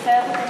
מתחייבת אני